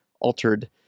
altered